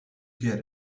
get